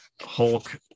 Hulk